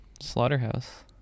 slaughterhouse